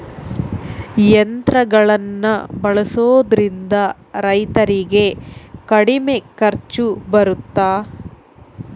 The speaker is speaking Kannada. ಯಂತ್ರಗಳನ್ನ ಬಳಸೊದ್ರಿಂದ ರೈತರಿಗೆ ಕಡಿಮೆ ಖರ್ಚು ಬರುತ್ತಾ?